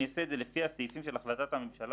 אני אעשה את זה לפי הסעיפים של החלטת הממשלה,